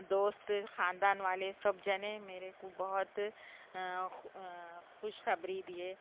دوست خاندان والے سب جنے میرے کو بہت خوش خبری دیے